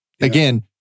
again